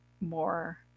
more